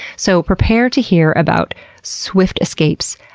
so, prepare to hear about swift escapes,